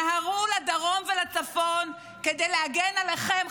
נהרו לדרום ולצפון כדי להגן עליכם,